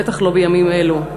בטח לא בימים אלו.